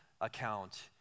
account